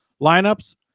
lineups